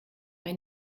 bei